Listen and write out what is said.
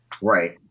Right